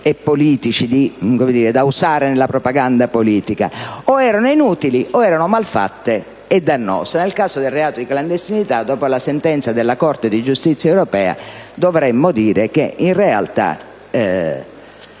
politici (cioè da usare nella propaganda politica) erano inutili o erano mal fatte e dannose. Nel caso del reato di clandestinità, dopo la sentenza della Corte di giustizia delle Comunità europee dovremmo dire che in realtà